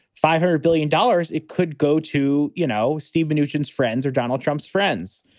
five hundred billion dollars it could go to. you know, steve venusians friends are donald trump's friends.